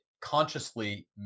consciously